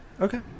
Okay